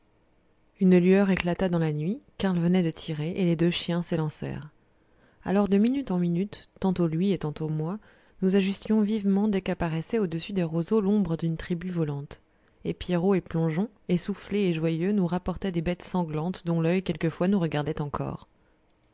une lueur éclata dans la nuit karl venait de tirer et les deux chiens s'élancèrent alors de minute en minute tantôt lui et tantôt moi nous ajustions vivement dès qu'apparaissait au-dessus des roseaux l'ombre d'une tribu volante et pierrot et plongeon essoufflés et joyeux nous rapportaient des bêtes sanglantes dont l'oeil quelquefois nous regardait encore